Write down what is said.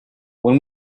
when